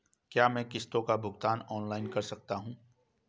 क्या मैं किश्तों का भुगतान ऑनलाइन कर सकता हूँ?